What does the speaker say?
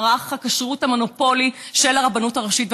במערך הכשרות המונופולי של הרבנות הראשית.